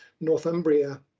Northumbria